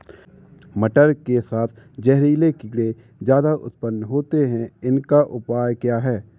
मटर के साथ जहरीले कीड़े ज्यादा उत्पन्न होते हैं इनका उपाय क्या है?